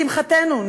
לשמחתנו,